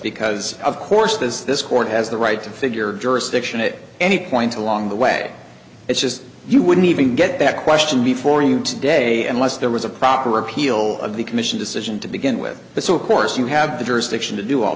because of course as this court has the right to figure jurisdiction it any point along the way it's just you wouldn't even get that question before you today and less there was a proper appeal of the commission decision to begin with so of course you have the jurisdiction to do all